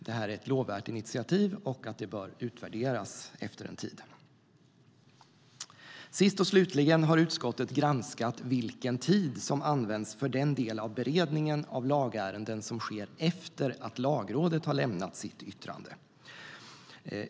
Det är ett lovvärt initiativ som bör utvärderas efter en tid. Slutligen har utskottet granskat vilken tid som används för den del av beredningen av lagärenden som sker efter att Lagrådet har lämnat sitt yttrande.